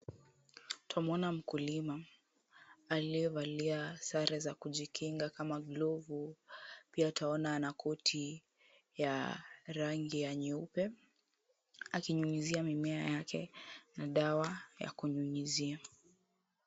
Twamuona mkulima aliyevalia sare za kujikinga kama glovu pia twaona ana koti ya rangi ya nyeupe akinyunyuzia mimea yake dawa ya kunyunyizia.